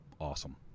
awesome